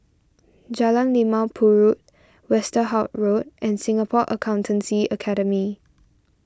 Jalan Limau Purut Westerhout Road and Singapore Accountancy Academy